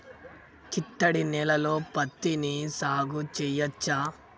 చిత్తడి నేలలో పత్తిని సాగు చేయచ్చా?